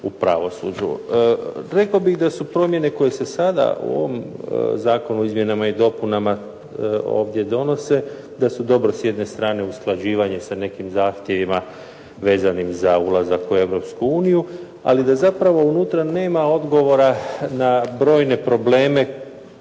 u pravosuđu. Rekao bih da su promjene koje se sada u ovom Zakonu o izmjenama i dopunama ovdje donose, da su dobro s jedne strane usklađivanje sa nekim zahtjevima vezanim za ulazak u Europsku uniju, ali da zapravo unutra nema odgovora na brojne probleme